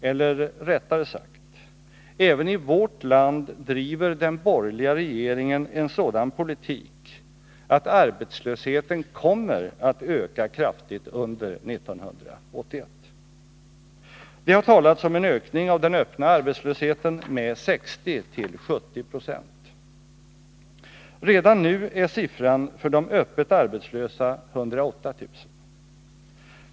Eller rättare sagt: Även i vårt land driver den borgerliga regeringen en sådan politik att arbetslösheten kommer att öka kraftigt under 1981. Det har talats om en ökning av den öppna arbetslösheten med 60-70 26. Redan nu är siffran för de öppet arbetslösa 108 000.